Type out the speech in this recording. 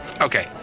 Okay